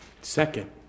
Second